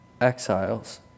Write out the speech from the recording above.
exiles